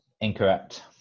Incorrect